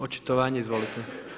Očitovanje, izvolite.